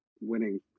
winning